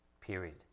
period